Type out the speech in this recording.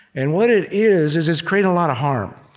and what it is, is, it's created a lot of harm.